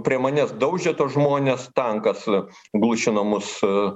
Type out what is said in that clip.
prie manęs daužė tuos žmones tankas glušino mus